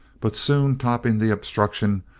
but soon topping the obstruction,